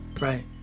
right